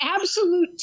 absolute